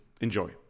Enjoy